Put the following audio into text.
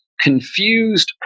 confused